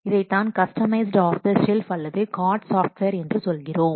இதைத்தான் customised off the shelf அல்லது COTS software என்று சொல்கிறோம்